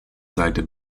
seite